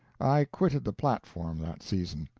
i quitted the platform that season.